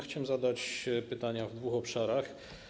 Chciałem zadać pytania w dwóch obszarach.